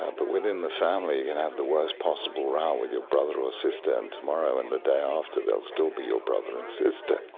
ah but within the family, you can and have the worst possible row with your brother or sister and, tomorrow, and the day after, they'll still be your brother and sister.